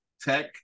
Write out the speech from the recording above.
tech